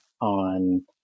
on